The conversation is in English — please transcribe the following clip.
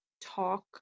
talk